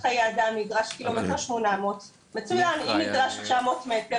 שקיבלנו מספיק חשוב כדי לסטות מזה,